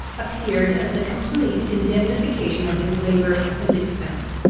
appeared as the complete indemnification of his labour and expense.